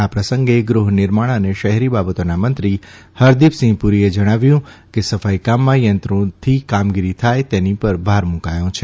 આ પ્રસંગે ગૃહનિર્માણ અને શહેરી બાબતોના મંત્રી હરદીપસિંહ પુરીએ જણાવ્યું કે સફાઇકામમાં યંત્રોથી કામગીરી થાય તેની પર ભાર મૂકાયો છે